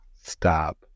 stop